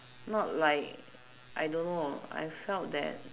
not like I don't know I felt that